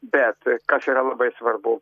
bet kas yra labai svarbu